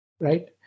right